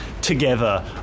together